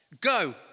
Go